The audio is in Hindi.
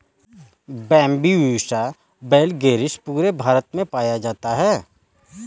बैम्ब्यूसा वैलगेरिस पूरे भारत में पाया जाता है